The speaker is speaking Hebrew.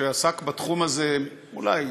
שעסק בתחום הזה אולי